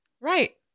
Right